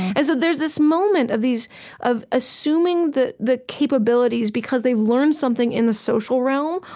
and so there's this moment of these of assuming the the capabilities, because they've learned something in the social realm,